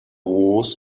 wars